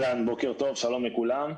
שלום לכולם.